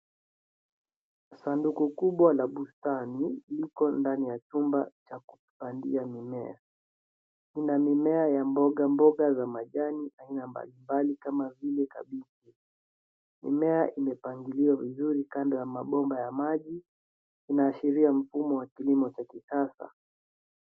Sanduku kubwa la bustani liko ndani ya chumba cha kupandia mimea. Ina mimea ya mbogamboga za majani mbalimbali kama vile kabechi. Mimea imepangiwa vizuri kando ya mabomba ya maji. Inaashiria mabomba ya maji ya mfumo wa kilimo cha kisasa.